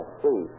see